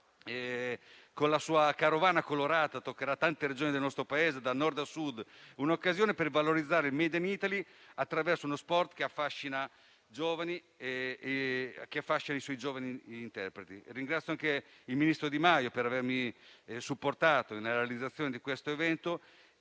con la sua carovana colorata, toccherà tante Regioni del nostro Paese, da Nord a Sud ed è un'occasione per valorizzare il *made in Italy* attraverso uno sport che affascina i giovani che lo praticano. Ringrazio anche il ministro Di Maio per avermi supportato nella realizzazione di questo evento